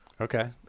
Okay